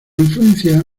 influencia